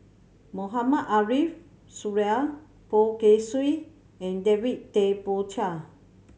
Mohamed Ariff Suradi Poh Kay Swee and David Tay Poey Cher